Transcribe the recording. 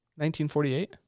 1948